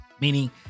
Meaning